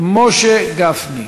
משה גפני.